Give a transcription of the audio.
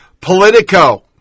Politico